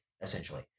essentially